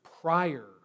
prior